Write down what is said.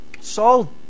saul